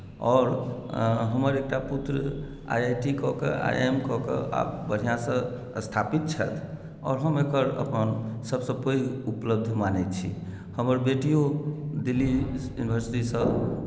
आओर हमर एकटा पुत्र आई आई टी कऽ कऽ आई आई एम कऽ कऽ बढ़ियाँसँ स्थापित छथि औ आओर हम एकर अपन सभसँ पैघ उपलब्धि मानै छी हमर बेटियो दिल्ली इन्वर्सिटी सँ